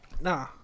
Nah